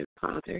Father